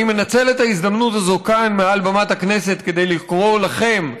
אני מנצל את ההזדמנות הזאת כאן מעל במת הכנסת כדי לקרוא לכם,